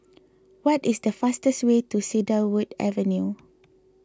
what is the fastest way to Cedarwood Avenue